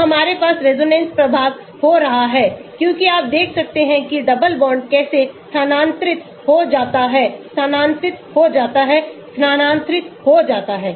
तो हमारे पास रेजोनेंस प्रभाव हो रहा है क्योंकि आप देख सकते हैं कि डबल बांड कैसे स्थानांतरित हो जाता है स्थानांतरित हो जाता है स्थानांतरित हो जाता है